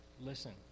Listen